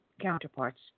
counterparts